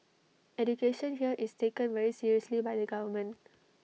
education here is taken very seriously by the government